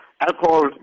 alcohol